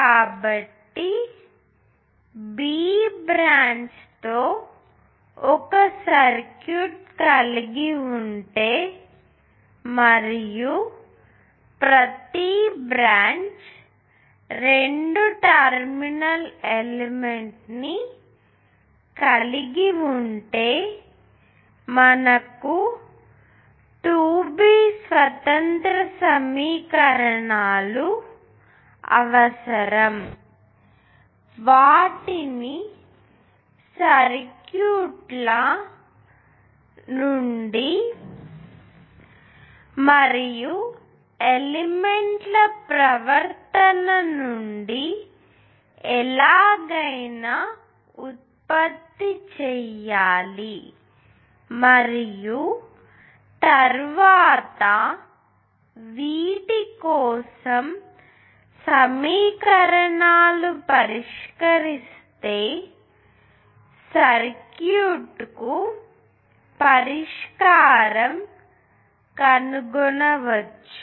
కాబట్టి B branch తో ఒక సర్క్యూట్ కలిగి ఉంటే మరియు ప్రతి బ్రాంచ్ రెండు టెర్మినల్ ఎలిమెంట్ ని కలిగి ఉంటే మనకు 2 B స్వతంత్ర సమీకరణాలు అవసరం వాటిని సర్క్యూట్ లా నియమాల నుండి మరియు ఎలిమెంట్ల ప్రవర్తన నుండి ఎలాగైనా ఉత్పత్తి చేయాలి మరియు తరువాత వీటి కోసం సమీకరణాలు పరిష్కరిస్తే సర్క్యూట్ కు పరిష్కారం కనుగొనవచ్చు